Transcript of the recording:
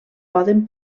poden